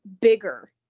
bigger